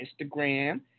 Instagram